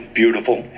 beautiful